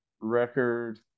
record